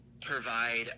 provide